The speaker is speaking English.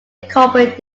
corporate